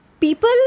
people